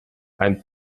ein